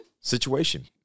situation